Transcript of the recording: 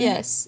Yes